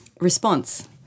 response